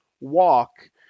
walk